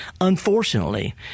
unfortunately